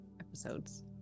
episodes